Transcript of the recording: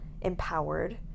empowered